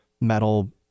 metal